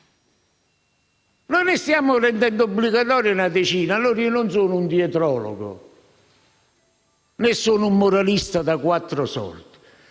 Noi ne stiamo rendendo obbligatori una decina. Io non sono un dietrologo, né un moralista da quattro soldi,